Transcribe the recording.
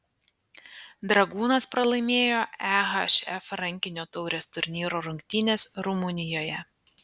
dragūnas pralaimėjo ehf rankinio taurės turnyro rungtynes rumunijoje